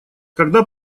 когда